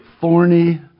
thorny